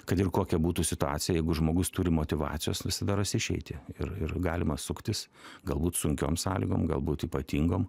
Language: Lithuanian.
kad ir kokia būtų situacija jeigu žmogus turi motyvacijos visada ras išeitį ir ir galima suktis galbūt sunkiom sąlygom galbūt ypatingom